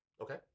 Okay